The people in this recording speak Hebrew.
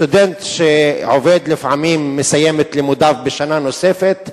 סטודנט שעובד לפעמים מסיים את לימודיו בשנה נוספת,